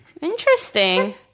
interesting